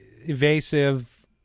evasive